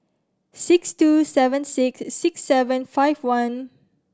six two seven six six seven five one